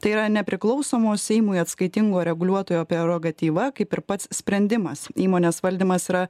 tai yra nepriklausomo seimui atskaitingo reguliuotojo prerogatyva kaip ir pats sprendimas įmonės valdymas yra